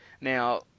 Now